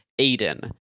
Aiden